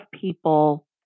people